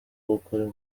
gukora